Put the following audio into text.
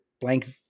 blank